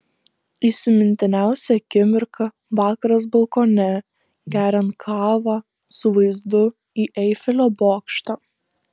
įsimintiniausia akimirka vakaras balkone geriant kavą su vaizdu į eifelio bokštą